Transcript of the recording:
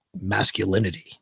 masculinity